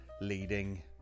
leading